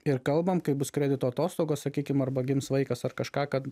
ir kalbam kai bus kredito atostogos sakykim arba gims vaikas ar kažką kad